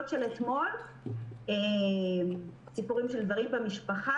אתמול קיבלנו פניות וסיפורים על גברים במשפחה,